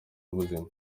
ubuzima